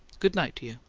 good-night to you.